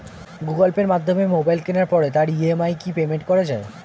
Google পের মাধ্যমে mobile কেনার পরে তার ই.এম.আই কি পেমেন্ট করা যায়?